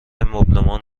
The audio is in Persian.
مبلمان